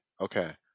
Okay